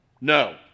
No